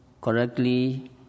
correctly